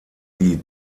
die